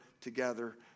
together